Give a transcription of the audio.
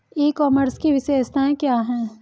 ई commerce की विशेषताएं क्या हैं?